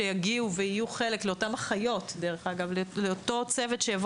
לאותן אחיות ולאותו צוות.